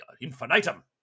infinitum